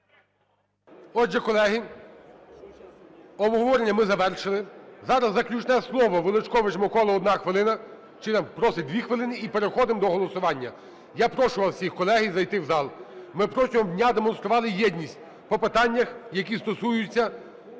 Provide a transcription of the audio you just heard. Отже, колеги, обговорення ми завершили. Зараз заключне слово – Величкович Микола, одна хвилина, чи там просить дві хвилини, і переходимо до голосування. Я прошу вас всіх, колеги, зайти в зал, ми протягом дня демонстрували єдність по питаннях, які стосуються